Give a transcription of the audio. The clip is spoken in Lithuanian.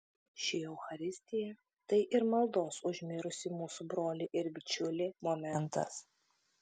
ši eucharistija tai ir maldos už mirusį mūsų brolį ir bičiulį momentas